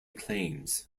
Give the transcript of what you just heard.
claims